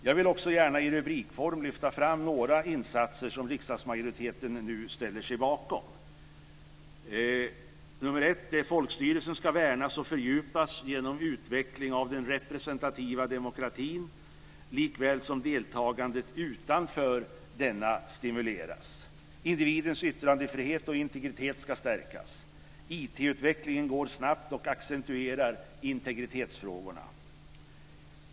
Jag vill också gärna i rubrikform lyfta fram några målsättningar som riksdagsmajoriteten nu ställer sig bakom. - Folkstyrelsen ska värnas och fördjupas genom utveckling av den representativa demokratin likaväl som deltagandet utanför denna ska stimuleras. - Individens yttrandefrihet och integritet ska stärkas. IT-utvecklingen går snabbt och accentuerar integritetsfrågorna.